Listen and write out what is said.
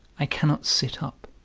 i cannot sit up,